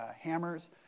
hammers